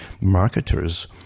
Marketers